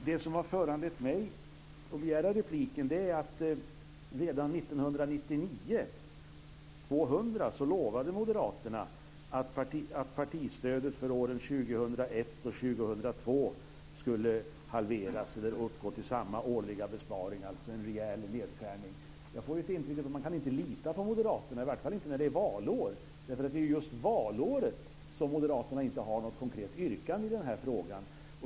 Det som har föranlett mig att begära replik är att moderaterna redan 1999/2000 lovade att partistödet för åren 2001 och 2002 skulle halveras eller utsättas för samma årliga besparing. Det skulle alltså bli en rejäl nedskärning. Jag får intrycket att man inte kan lita på moderaterna - i varje fall inte när det är valår. Det är just vad gäller valåret som moderaterna inte har något konkret yrkande i denna fråga.